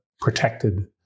protected